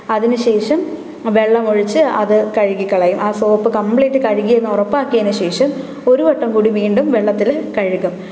അതിനുശേഷം വെള്ളമൊഴിച്ച് അത് കഴുകിക്കളയും ആ സോപ്പ് കമ്പ്ലീറ്റ് കഴുകി എന്ന് ഉറപ്പാക്കിയതിനു ശേഷം ഒരു വട്ടംകൂടി വീണ്ടും വെള്ളത്തിൽ കഴുകും